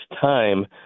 time